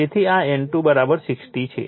તેથી આ N2 60 છે